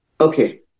Okay